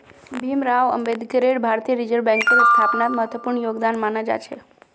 भीमराव अम्बेडकरेर भारतीय रिजर्ब बैंकेर स्थापनात महत्वपूर्ण योगदान माना जा छे